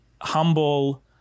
humble